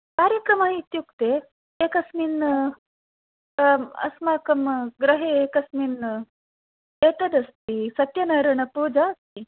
कार्यक्रमः इत्युक्ते एकस्मिन् अस्माकं गृहे एकस्मिन् एतत् अस्ति सत्यनारायणपूजा अस्ति